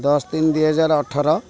ଦଶ ତିନି ଦୁଇହଜାର ଅଠର